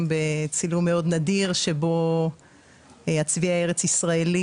בצילום נדיר שבו הצבי הארץ ישראלי